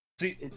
See